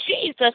Jesus